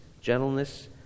gentleness